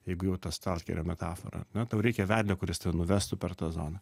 jeigu jau ta stalkerio metafora ne tau reikia vedlio kuris nuvestų per tą zoną